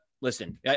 listen